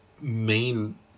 main